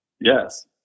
Yes